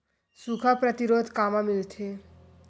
सुखा प्रतिरोध कामा मिलथे?